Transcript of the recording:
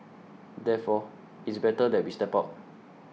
therefore it's better that we step out